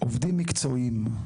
"עובדים מקצועיים".